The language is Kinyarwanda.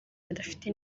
badafite